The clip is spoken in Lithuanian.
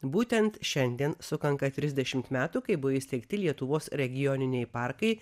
būtent šiandien sukanka trisdešimt metų kai buvo įsteigti lietuvos regioniniai parkai